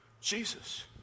Jesus